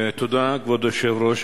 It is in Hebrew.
כבוד היושב-ראש,